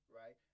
right